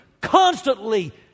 constantly